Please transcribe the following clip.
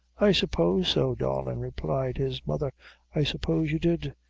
i suppose so, darlin', replied his mother i suppose you did.